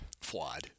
flawed